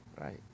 Right